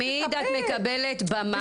תמיד את מקבלת במה.